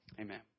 Amen